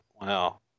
Wow